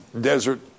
desert